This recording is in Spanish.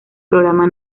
programa